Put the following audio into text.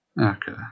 Okay